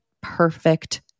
perfect